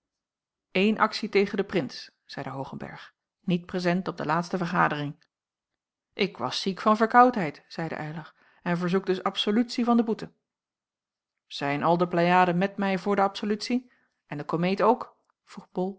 een aktie tegen den prins zeide hoogenberg niet prezent op de laatste vergadering ik was ziek van verkoudheid zeide eylar en verzoek dus absolutie van de boete zijn al de pleiaden met mij voor de absolutie en de komeet ook vroeg